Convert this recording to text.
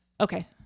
okay